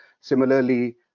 Similarly